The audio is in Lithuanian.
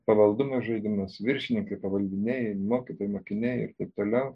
pavaldumo žaidimus viršininkai pavaldiniai mokytojai mokiniai ir taip toliau